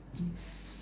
yes